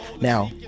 Now